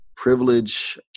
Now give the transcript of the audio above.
Privilege